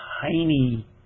tiny